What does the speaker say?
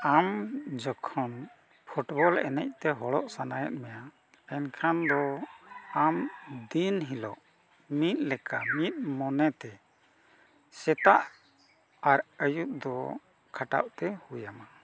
ᱟᱢ ᱡᱚᱠᱷᱚᱱ ᱮᱱᱮᱡᱛᱮ ᱦᱚᱲᱚᱜ ᱥᱟᱱᱟᱭᱮᱫ ᱢᱮᱭᱟ ᱮᱱᱠᱷᱟᱱ ᱫᱚ ᱟᱢ ᱫᱤᱱ ᱦᱤᱞᱳᱜ ᱢᱤᱫ ᱞᱮᱠᱟ ᱢᱤᱫ ᱢᱚᱱᱮᱛᱮ ᱥᱮᱛᱟᱜ ᱟᱨ ᱟᱹᱭᱩᱵ ᱫᱚ ᱠᱷᱟᱴᱟᱣᱛᱮ ᱦᱩᱭᱟᱢᱟ